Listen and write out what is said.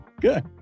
Good